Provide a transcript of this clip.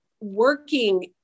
working